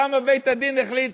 כמה בית-הדין החליט